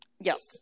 yes